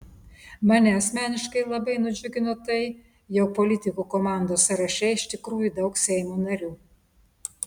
mane asmeniškai labai nudžiugino tai jog politikų komandos sąraše iš tikrųjų daug seimo narių